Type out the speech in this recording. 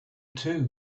too